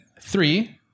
three